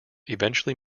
eventually